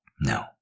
No